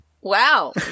Wow